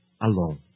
alone